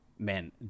Man